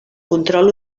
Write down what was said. control